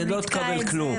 לא תקבל כלום,